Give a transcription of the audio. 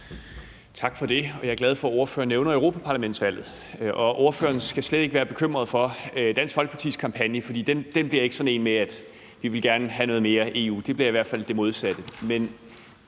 Tak for det. Jeg er glad for, at ordføreren nævner europaparlamentsvalget. Ordføreren skal slet ikke være bekymret for Dansk Folkepartis kampagne, for den bliver ikke sådan en om, at vi gerne vil have noget mere EU. Den bliver i hvert fald det modsatte.